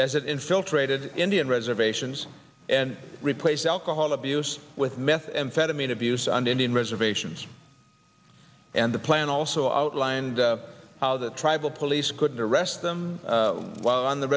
as it infiltrated indian reservations and replaced alcohol abuse with methamphetamine abuse on indian reservations and the plan also outlined how the tribal police could arrest them while on the